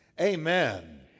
Amen